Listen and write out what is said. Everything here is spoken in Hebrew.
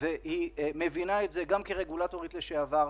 והיא מבינה את זה גם כרגולטורית לשעבר.